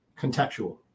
contextual